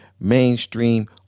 mainstream